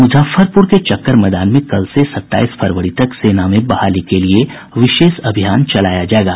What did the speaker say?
मुजफ्फरपुर के चक्कर मैदान में कल से सत्ताईस फरवरी तक सेना में बहाली के लिए विशेष अभियान चलाया जायेगा